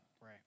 Right